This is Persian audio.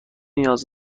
نیاز